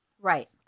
Right